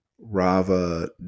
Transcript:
rava